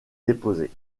déposée